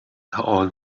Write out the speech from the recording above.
old